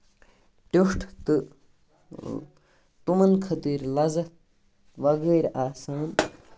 ٹیوٚٹھ تہٕ تٔمَن خٲطِر لَزت وَگٲر آسان